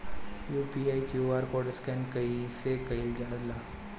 UPI QR scan कइसे कईल जा ला?